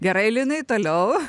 gerai linai toliau